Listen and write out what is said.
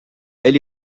elle